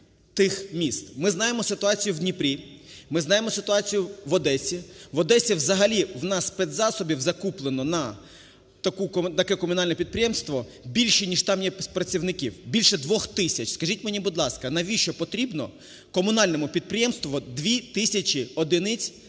Ми знаємо ситуацію в Дніпрі, ми знаємо ситуацію в Одесі. В Одесі взагалі в нас спецзасобів закуплено на таке комунальне підприємство більше ніж там є працівників, більше двох тисяч. Скажіть мені, будь ласка, навіщо потрібно комунальному підприємству дві тисячі одиниць